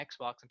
Xbox